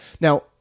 Now